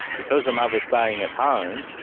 because a mother's staying at home,